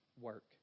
work